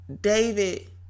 David